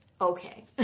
Okay